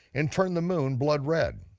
and turn the moon blood red.